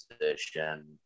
position